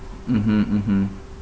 mmhmm mmhmm